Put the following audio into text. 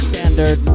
Standard